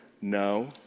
No